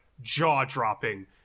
jaw-dropping